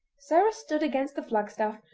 sarah stood against the flagstaff,